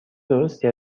درستی